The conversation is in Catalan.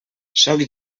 sóc